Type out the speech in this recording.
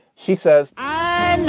she says i've